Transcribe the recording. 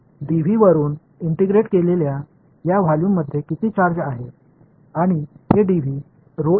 யுடன் மற்றும் இந்தdV உடன் இணைக்கப்பட்ட சார்ஜ் ஆகப்போகிறது